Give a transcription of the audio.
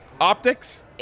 optics